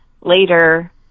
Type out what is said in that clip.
later